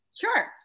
Sure